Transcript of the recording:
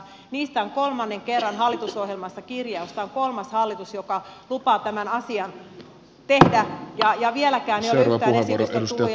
niistä on kolmannen kerran hallitusohjelmassa kirjaus tämä on kolmas hallitus joka lupaa tämän asian tehdä ja vieläkään ei ole yhtään esitystä tullut ja toivoisin että